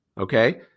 Okay